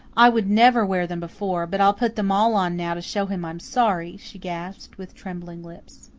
i would never wear them before but i'll put them all on now to show him i'm sorry, she gasped, with trembling lips.